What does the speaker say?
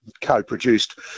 co-produced